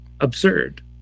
absurd